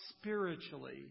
spiritually